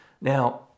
Now